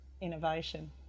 innovation